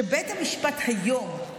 בית המשפט היום,